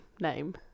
name